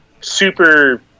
Super